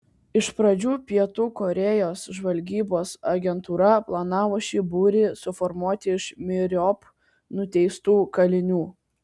iš pradžių pietų korėjos žvalgybos agentūra planavo šį būrį suformuoti iš myriop nuteistų kalinių